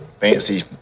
fancy